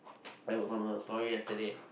I was on her story yesterday